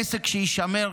עסק שיישמר,